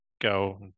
go